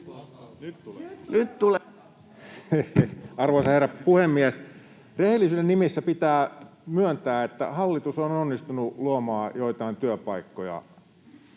Arvoisa herra puhemies! Rehellisyyden nimissä pitää myöntää, että hallitus on onnistunut luomaan joitain työpaikkoja,